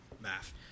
math